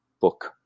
book